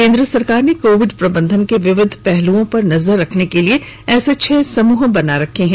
केन्द्र सरकार ने कोविड प्रबंधन के विविध पहलुओं पर नजर रखने के लिए ऐसे छह समूह बना रखे हैं